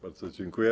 Bardzo dziękuję.